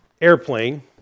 airplane